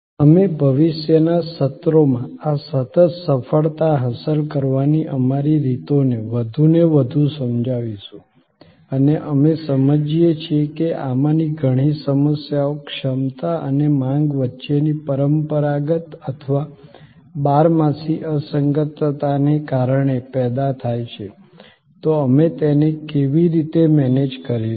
અમે ભવિષ્યના સત્રોમાં આ સતત સફળતા હાંસલ કરવાની અમારી રીતોને વધુને વધુ સમજાવીશું અને અમે સમજીએ છીએ કે આમાંની ઘણી સમસ્યાઓ ક્ષમતા અને માંગ વચ્ચેની પરંપરાગત અથવા બારમાસી અસંગતતાને કારણે પેદા થાય છે તો અમે તેને કેવી રીતે મેનેજ કરીશું